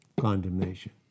condemnation